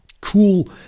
cool